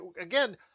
again